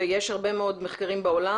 ויש הרבה מאוד מחקרים בעולם,